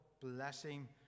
blessing